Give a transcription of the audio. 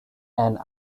and